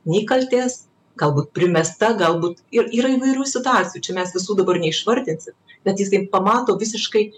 nei kaltės galbūt primesta galbūt ir yra įvairių situacijų čia mes visų dabar neišvardinsim bet jis taip pamato visiškai